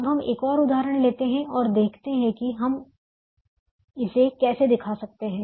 अब हम एक और उदाहरण लेते हैं और देखते हैं कि हम इसे कैसे दिखा सकते हैं